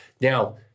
now